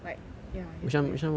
like ya yes please